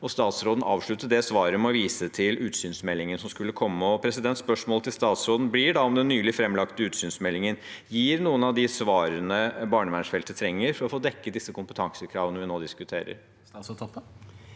Statsråden avsluttet det svaret med å vise til utsynsmeldingen som skulle komme. Spørsmålet til statsråden blir da om den nylig framlagte utsynsmeldingen gir noen av de svarene barnevernsfeltet trenger for å få dekket disse kompetansekravene vi nå diskuterer.